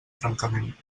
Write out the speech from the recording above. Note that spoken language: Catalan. trencament